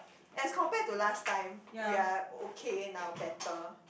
as compared to last time we are okay now better